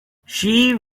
she